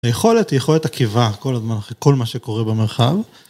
היכולת היא יכולת עקיבה כל הזמן אחרי כל מה שקורה במרחב.